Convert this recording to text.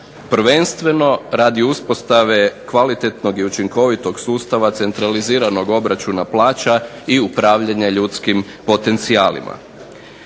prvenstveno radi uspostave kvalitetnog i učinkovitog sustava centraliziranog obračuna plaća i upravljanja ljudskim potencijalima.